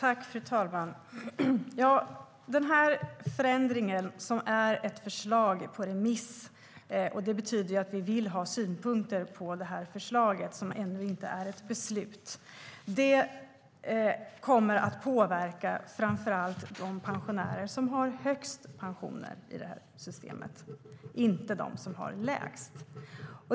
Fru talman! Den här förändringen är ett förslag på remiss. Det betyder att vi vill ha synpunkter på förslaget, som ännu inte är ett beslut. Förändringen kommer att påverka framför allt de pensionärer som har högst pensioner i det här systemet, inte dem som har lägst.